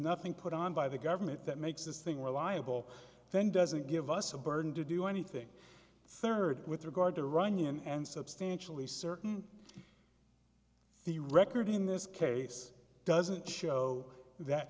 nothing put on by the government that makes this thing reliable then doesn't give us a burden to do anything third with regard to runyon and substantially certain the record in this case doesn't show that